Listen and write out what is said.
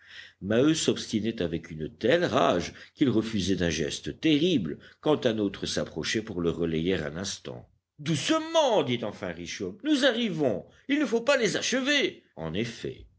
maheu s'obstinait avec une telle rage qu'il refusait d'un geste terrible quand un autre s'approchait pour le relayer un instant doucement dit enfin richomme nous arrivons il ne faut pas les achever en effet